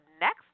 next